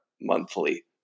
monthly